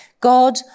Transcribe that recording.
God